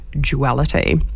duality